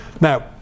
Now